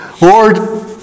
Lord